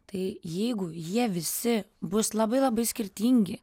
tai jeigu jie visi bus labai labai skirtingi